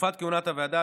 תקופה כהונת הוועדה,